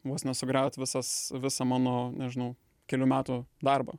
vos ne sugriaut visas visą mano nežinau kelių metų darbą